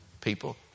people